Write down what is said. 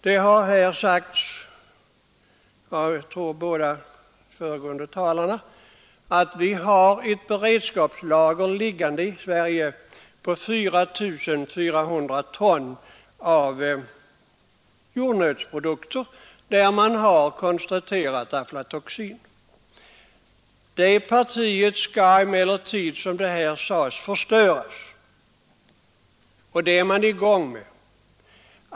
Det har här sagts, jag tror av båda de föregående talarna, att vi i Sverige har ett beredskapslager liggande på 4 400 ton jordnötsprodukter, där man har konstaterat aflatoxin. Det partiet skall emellertid, som här nämndes, förstöras, och det är man i gång med.